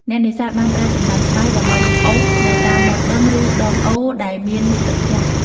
អ្នកនេសាទបានប្រើសំណាញ់ស្បៃ ដើម្បីអូសនៅតាមមាត់បឹង ឬដងអូរដែលមានទឹកថ្លា។